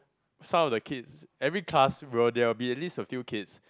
some of the kids every class will there will be at least a few kids